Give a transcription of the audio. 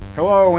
Hello